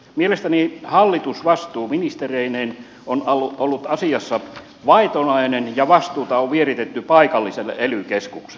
mielestäni hallitus vastuuministereineen on ollut asiassa vaitonainen ja vastuuta on vieritetty paikalliselle ely keskukselle